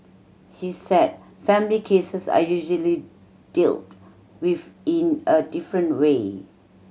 he said family cases are usually dealt with in a different way